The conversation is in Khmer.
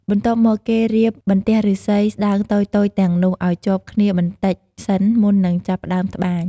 បន្ទាប់មក គេរៀបបន្ទះឫស្សីស្តើងតូចៗទាំងនោះឲ្យជាប់គ្នាបន្តិចសិន មុននឹងចាប់ផ្តើមត្បាញ។